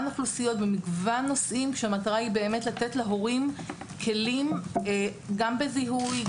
אוכלוסיות במגוון נושאים שהמטרה היא באמת לתת להורים כלים גם בזיהוי,